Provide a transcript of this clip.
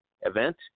event